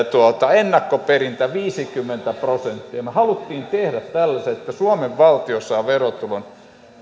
ennakkoperintä viisikymmentä prosenttia me halusimme tehdä tällaiset että suomen valtio saa verotulon